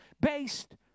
based